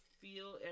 feel